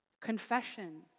confession